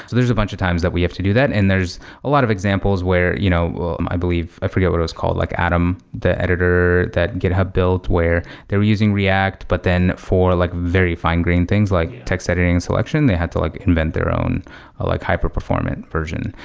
there's a bunch of times that we have to do that, and there's a lot of examples where you know um i believe i forgot what it was called, like adam, the editor that github built, where they're using react but then for like very fine-grained things, like text editing selection. they had to like invent their own ah like hyper performant version.